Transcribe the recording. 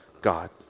God